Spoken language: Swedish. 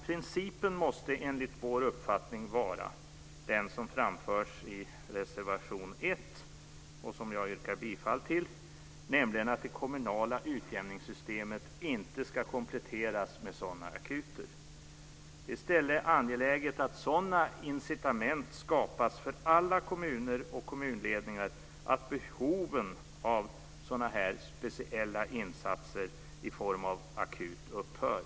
Principen måste enligt vår uppfattning vara den som framförs i reservation 1, som jag yrkar bifall till, nämligen att det kommunala utjämningssystemet inte ska kompletteras med sådana akuter. Det är i stället angeläget att sådana incitament skapas för alla kommuner och kommunledningar att behoven av sådana här speciella insatser i form av akut upphör.